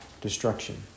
destruction